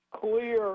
clear